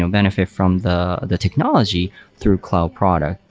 um benefit from the the technology through cloud product.